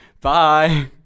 Bye